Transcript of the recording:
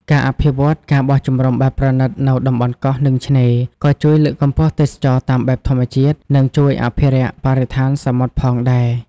ការអភិវឌ្ឍ ការបោះជំរំបែបប្រណីត នៅតំបន់កោះ និងឆ្នេរ ក៏ជួយលើកកម្ពស់ទេសចរណ៍តាមបែបធម្មជាតិ និងជួយអភិរក្សបរិស្ថានសមុទ្រផងដែរ។